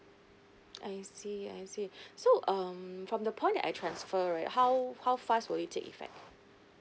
I see I see so um from the point that I transfer right how how fast will it take effect